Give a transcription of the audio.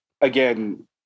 again